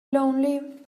lonely